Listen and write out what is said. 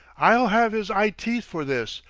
i'll have his eye-teeth for this,